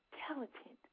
talented